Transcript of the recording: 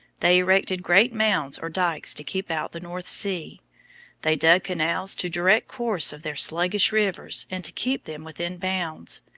they erected great mounds or dykes to keep out the north sea they dug canals to direct course of their sluggish rivers and to keep them within bounds.